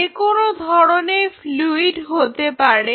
যেকোনো ধরনের ফ্লুইড হতে পারে